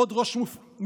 עוד ראש מפלגה